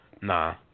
Nah